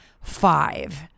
five